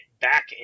back